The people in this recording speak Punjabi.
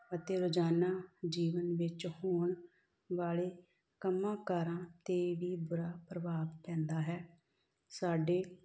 ਅਤੇ ਰੋਜ਼ਾਨਾ ਜੀਵਨ ਵਿੱਚ ਹੋਣ ਵਾਲੇ ਕੰਮਾਂ ਕਾਰਾਂ 'ਤੇ ਵੀ ਬੁਰਾ ਪ੍ਰਭਾਵ ਪੈਂਦਾ ਹੈ ਸਾਡੇ